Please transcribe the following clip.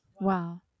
wow